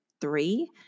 three